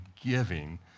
giving